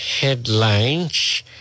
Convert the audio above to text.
headlines